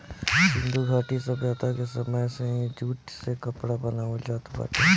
सिंधु घाटी सभ्यता के समय से ही जूट से कपड़ा बनावल जात बा